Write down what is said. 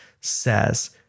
says